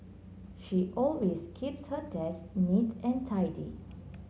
she always keeps her desk neat and tidy